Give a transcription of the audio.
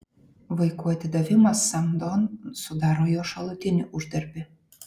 vaikų atidavimas samdon sudaro jo šalutinį uždarbį